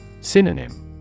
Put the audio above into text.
Synonym